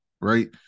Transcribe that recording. right